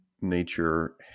nature